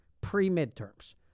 pre-midterms